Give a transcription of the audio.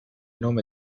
nome